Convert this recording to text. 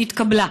היא התקבלה.